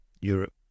Europe